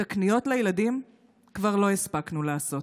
את הקניות לילדים כבר לא הספקנו לעשות.